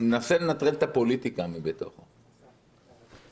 אנסה לנטרל את הפוליטיקה מתוך זה,